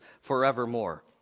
forevermore